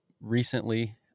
recently